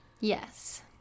Yes